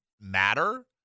matter